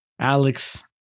Alex